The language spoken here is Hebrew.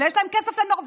אבל יש להם כסף לנורבגים.